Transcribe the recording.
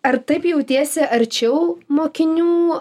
ar taip jautiesi arčiau mokinių